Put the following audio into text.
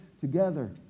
together